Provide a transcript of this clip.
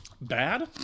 bad